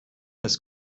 ist